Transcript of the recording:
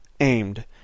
aimed